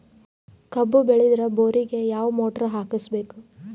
ಕಬ್ಬು ಬೇಳದರ್ ಬೋರಿಗ ಯಾವ ಮೋಟ್ರ ಹಾಕಿಸಬೇಕು?